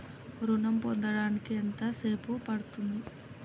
ఋణం పొందడానికి ఎంత సేపు పడ్తుంది?